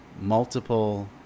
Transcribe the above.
Multiple